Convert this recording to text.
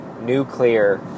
nuclear